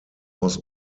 was